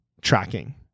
tracking